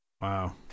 Wow